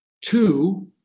two